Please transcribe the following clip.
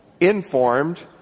informed